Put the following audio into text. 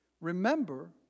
remember